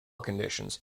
conditions